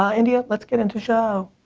ah india, let's get into show.